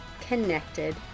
connected